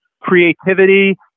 creativity